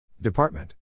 Department